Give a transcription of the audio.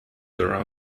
around